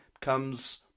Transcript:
comes